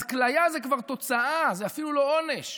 אז כליה זה כבר תוצאה, זה אפילו לא עונש,